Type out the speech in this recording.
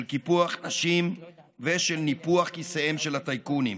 של קיפוח נשים ושל ניפוח כיסיהם של הטייקונים.